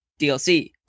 DLC